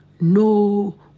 no